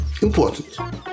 important